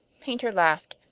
paynter laughed.